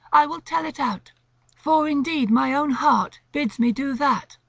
i will tell it out for indeed my own heart bids me do that.